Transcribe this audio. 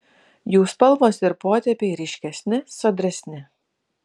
jų spalvos ir potėpiai ryškesni sodresni